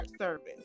service